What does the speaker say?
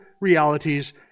realities